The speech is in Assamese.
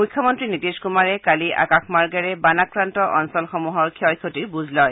মুখ্যমন্তী নীতিশ কুমাৰে কালি আকাশমাৰ্গেৰে বানাক্ৰান্ত অঞ্চলসমূহৰ ক্ষয় ক্ষতিৰ বুজ লয়